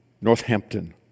Northampton